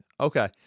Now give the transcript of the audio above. Okay